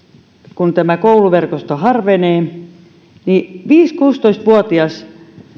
kun tämä kouluverkosto harvenee niin viisitoista viiva kuusitoista vuotias